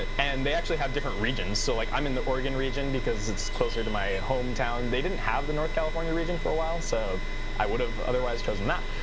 and they actually have different regions. so like i'm in the oregon region because it's closer to my hometown. they didn't have the north california region for a while. so i would have otherwise chosen that.